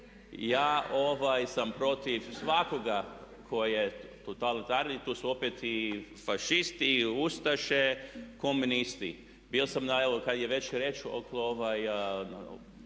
Ja sam protiv svakoga tko je totalitarani, tu su opet i fašisti i ustaše, komunisti. Bio sam na, evo kada je već riječ,